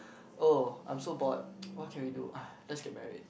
oh I'm so bored what can be do !aiya! let's get married